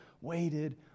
waited